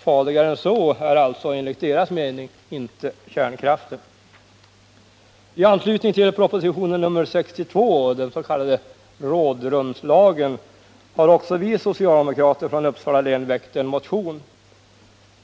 Farligare än så är alltså enligt deras mening inte kärnkraften. I anslutning till propositionen nr 62, om den s.k. rådrumslagen, har också vi socialdemokrater från Uppsala län väckt en motion.